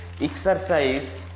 Exercise